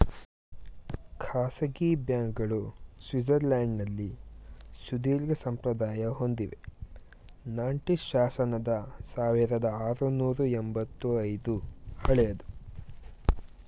ಖಾಸಗಿ ಬ್ಯಾಂಕ್ಗಳು ಸ್ವಿಟ್ಜರ್ಲ್ಯಾಂಡ್ನಲ್ಲಿ ಸುದೀರ್ಘಸಂಪ್ರದಾಯ ಹೊಂದಿವೆ ನಾಂಟೆಸ್ ಶಾಸನದ ಸಾವಿರದಆರುನೂರು ಎಂಬತ್ತ ಐದು ಹಳೆಯದು